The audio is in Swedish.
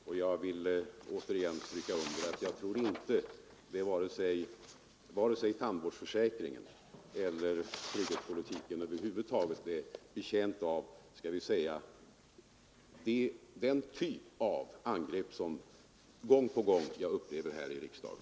Återigen vill jag stryka under att jag inte tror att vare sig tandvårdsförsäkringen eller trygghetspolitiken över huvud taget är betjänt av — skall vi säga — den typ av angrepp från moderaterna som jag gång på gång upplever här i riksdagen.